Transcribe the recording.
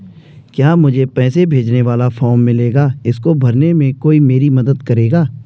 क्या मुझे पैसे भेजने वाला फॉर्म मिलेगा इसको भरने में कोई मेरी मदद करेगा?